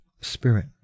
spirit